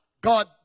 God